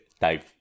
Dave